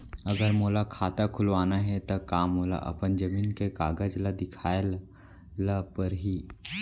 अगर मोला खाता खुलवाना हे त का मोला अपन जमीन के कागज ला दिखएल पढही?